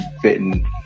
fitting